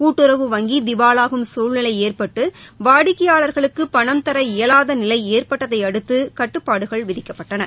கூட்டுறவு வங்கி திவாவாகும் சூழ்நிலை ஏற்பட்டு வாடிக்கையாளர்களுக்கு பணம் தர இயலாத நிலை ஏற்பட்டததையடுத்து கட்டுப்பாடுகள் விதிக்கப்பட்டன